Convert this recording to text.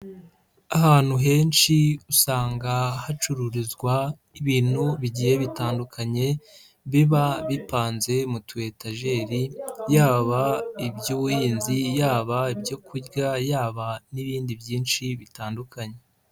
Ahantu henshi usanga hacururizwa ibintu bigiye bitandukanye biba bipanze mu tuyetajeri yaba iby'ubuhinzi, yaba ibyokurya, yaba n'ibindi byinshi bitandukanye.